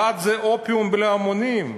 דת זה אופיום להמונים.